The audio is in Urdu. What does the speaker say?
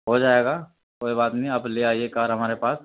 ہوجائے گا کوئی بات نہیں آپ لے آئیے کار ہمارے پاس